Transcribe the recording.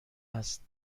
است